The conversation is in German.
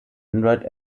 android